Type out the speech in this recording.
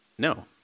No